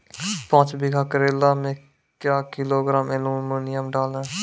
पाँच बीघा करेला मे क्या किलोग्राम एलमुनियम डालें?